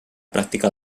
pràctica